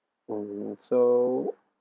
mm so